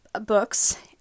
books